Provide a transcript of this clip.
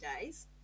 Days